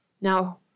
Now